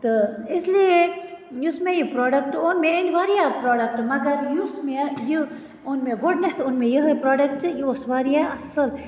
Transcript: تہٕ اِسلیے یُس مےٚ یہِ پرٛوڈَکٹہٕ اوٚن مےٚ أنۍ واریاہ پرٛوڈَکٹہٕ مگر یُس مےٚ یہِ اوٚن مےٚ گۄڈنیٚتھ اوٚن مےٚ یِہَے پرٛوڈَکٹہٕ یہِ اوس واریاہ اصٕل